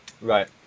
Right